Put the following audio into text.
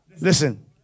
Listen